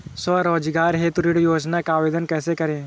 स्वरोजगार हेतु ऋण योजना का आवेदन कैसे करें?